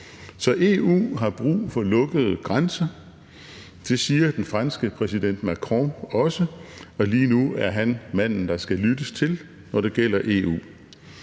Så EU har brug for lukkede grænser, det siger den franske præsident Macron også, og lige nu er han manden, der skal lyttes til, når det gælder EU.